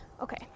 Okay